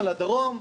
על הדרום,